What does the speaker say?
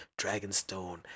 Dragonstone